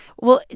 well,